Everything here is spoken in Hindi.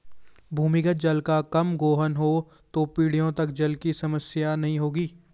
भूमिगत जल का कम गोहन हो तो पीढ़ियों तक जल की समस्या नहीं होगी